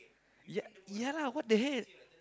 yeah ya lah what the hell